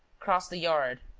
crossed a yard,